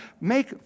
make